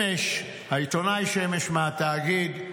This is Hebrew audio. העיתונאי שמש מהתאגיד: